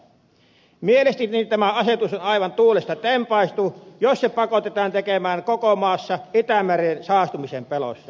mielestäni tämä asetus on aivan tuulesta tempaistu jos se pakotetaan tekemään koko maassa itämeren saastumisen pelossa